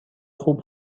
خوب